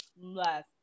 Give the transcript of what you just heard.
less